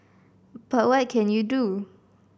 but what can you do